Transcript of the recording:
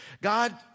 God